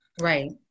Right